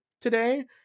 today